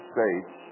States